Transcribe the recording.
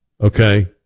Okay